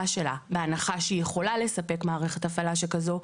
שלה - בהנחה שהיא יכולה לספק מערכת הפעלה שכזו,